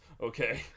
Okay